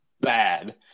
bad